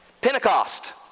Pentecost